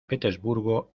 petersburgo